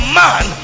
man